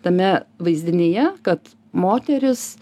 tame vaizdinyje kad moteris